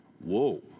whoa